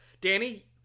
danny